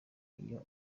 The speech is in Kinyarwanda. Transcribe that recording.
iyo